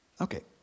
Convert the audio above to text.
Okay